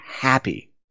happy